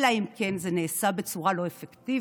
אלא אם כן זה נעשה בצורה לא אפקטיבית,